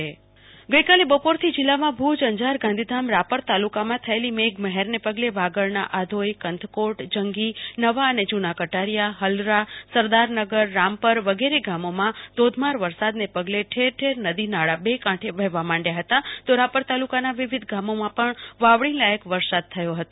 આશુ તોષ અંતાણી જીલ્લામાં થયેલી મેઘમહેર ગઈકાલે બપોરથી જિલ્લામાં ભુજઅંજારગાંધીધામરાપર તાલુકામાં થયેલી મેઘમહેરને પગલે વાગડના આધોઈકંથકોટજં ગીનવા અને જુના કટારીયાહલરાસરદાર નગરરામપર વગેરે ગામોમાં ધોઘમાર વરસદાને પગલે ઠેર ઠેર નદી નાળા બે કાંઠે વહેવા માંડયા હતા તો રાપર તાલુકાના વિવિધ ગામોમાં પણ વાવણીલાયક વરસાદ થયો હતો